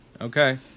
Okay